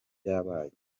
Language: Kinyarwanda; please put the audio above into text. byabaye